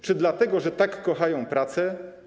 Czy dlatego, że tak kochają pracę?